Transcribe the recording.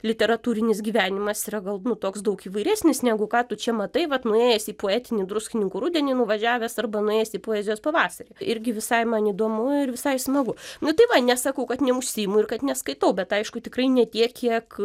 literatūrinis gyvenimas yra gal nu toks daug įvairesnis negu ką tu čia matai vat nuėjęs į poetinį druskininkų rudenį nuvažiavęs arba nuėjęs į poezijos pavasarį irgi visai man įdomu ir visai smagu nu tai va nesakau kad neužsiimu ir kad neskaitau bet aišku tikrai ne tiek kiek